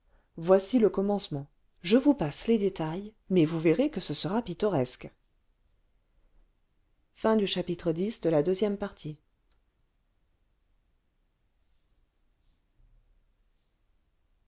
voici le commencement je vous passe les détails mais vous verrez que ce sera pittoresque